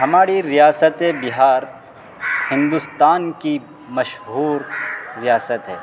ہماری ریاست بہار ہندوستان کی مشہور ریاست ہے